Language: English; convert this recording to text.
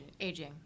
aging